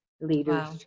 leaders